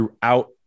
throughout